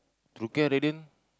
True Care Radiant